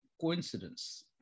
coincidence